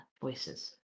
voices